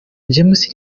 james